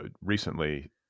recently